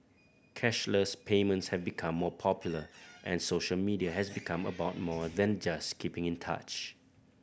cashless payments have become more popular and social media has become about more than just keeping in touch